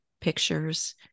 pictures